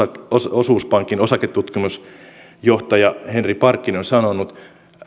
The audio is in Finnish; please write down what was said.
osuuspankin osaketutkimusjohtaja henri parkkinen on sanonut